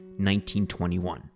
1921